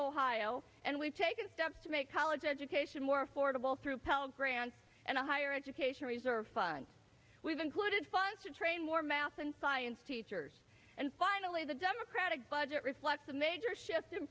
ohio and we've taken steps to make college education more affordable through pell grants and a higher education reserve fund we've included five to train more math and science teachers and finally the democratic budget reflects a major shift